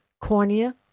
cornea